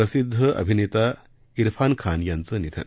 प्रसिद्ध अभिनेता इरफान खान यांचं निधन